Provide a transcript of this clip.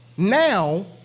Now